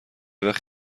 وخت